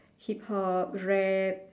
Hip hop rap